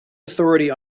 authority